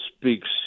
speaks